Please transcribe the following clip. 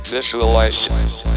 Visualize